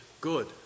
good